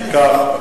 אם כך,